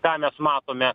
tą mes matome